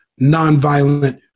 nonviolent